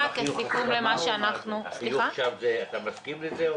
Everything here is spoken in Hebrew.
כסיכום למה שאנחנו --- אתה מסכים לזה?